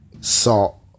salt